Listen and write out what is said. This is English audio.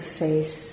face